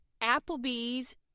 Applebee's